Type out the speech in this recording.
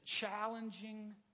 challenging